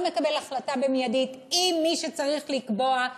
לא מקבל החלטה מיידית עם מי שצריך לקבוע,